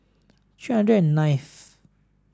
three hundred ninth